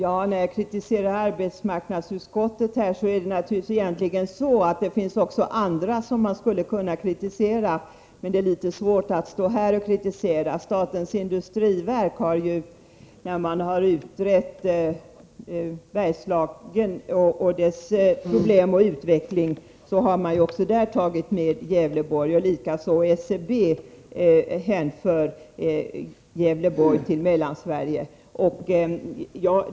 Herr talman! Det finns egentligen också andra som jag skulle kunna kritisera när jag nu vänder mig mot arbetsmarknadsutskottets handlande. Statens industriverk har, när det utrett Bergslagens problem och utveckling, hänfört Gävleborgs län till Mellansverige. Detsamma har gjorts av SCB.